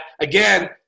again